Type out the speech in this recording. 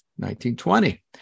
1920